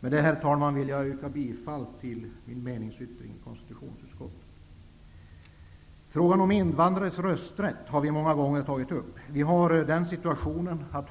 Med detta, herr talman, vill jag yrka bifall till min meningsyttring till konstitutionsutskottets betänkande, mom. 1. Frågan om invandrares rösträtt har vi många gånger tagit upp.